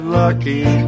lucky